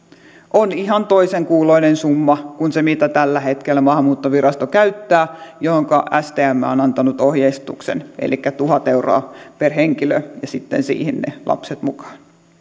on ihan toisen kuuloinen summa kuin se mitä tällä hetkellä maahanmuuttovirasto käyttää johonka stm on antanut ohjeistuksen elikkä tuhat euroa per henkilö ja sitten siihen ne lapset mukaan